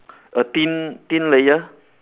a thin thin layer